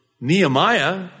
Nehemiah